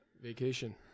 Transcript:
vacation